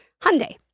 Hyundai